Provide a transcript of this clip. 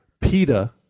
PETA